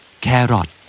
Carrot